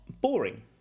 boring